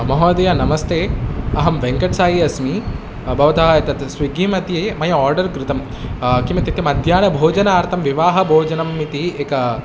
महोदय नमस्ते अहं वेङ्कट्साई अस्मि भवतः तत् स्विग्गिमध्ये मया आर्डर् कृतं किम् इत्युक्ते मध्याह्नभोजनार्थं विवाहभोजनम् इति एकः